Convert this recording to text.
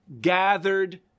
gathered